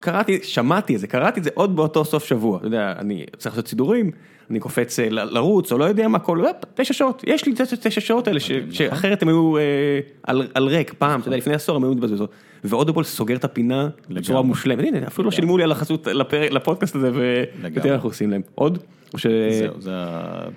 קראתי שמעתי את זה קראתי את זה עוד באותו סוף שבוע אתה יודע אני צריך לעשות סידורים אני קופץ לרוץ או לא יודע מה תשע שעות יש לי תשע שעות אלה שאחרת הם היו על ריק פעם לפני עשור הם היו מתבזבזות. ואודיבל סוגר את הפינה בצורה מושלמת. אפילו לא שילמו לי על החסות לפרק לפודקאסט הזה. ותראה מה אנחנו עושים להם. עוד? זהו